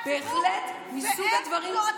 עדיין יש בזה בהחלט מסוג הדברים,